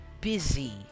busy